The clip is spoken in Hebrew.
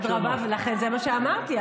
אדרבה, ולכן זה מה שאמרתי.